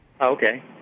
Okay